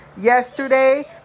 yesterday